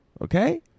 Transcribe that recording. Okay